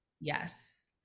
Yes